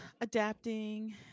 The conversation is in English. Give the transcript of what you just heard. adapting